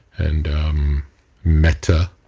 and metta,